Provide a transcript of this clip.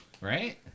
right